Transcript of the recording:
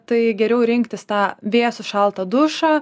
tai geriau rinktis tą vėsų šaltą dušą